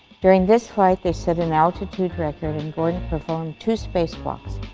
during this flight they set an altitude record and gordon performed two space walks.